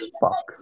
fuck